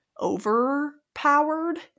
overpowered